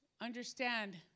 understand